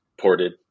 ported